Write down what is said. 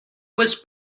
was